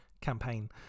campaign